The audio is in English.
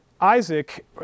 Isaac